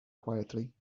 quietly